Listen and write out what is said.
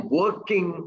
working